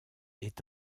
est